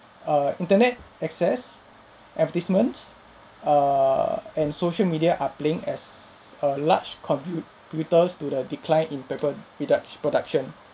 err internet access advertisements err and social media are playing as a large contributors to the decline in paper reduct production